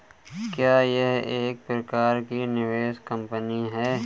क्या यह एक प्रकार की निवेश कंपनी है?